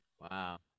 Wow